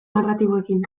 narratiboekin